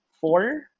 four